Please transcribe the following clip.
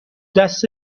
دست